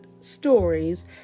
stories